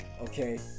okay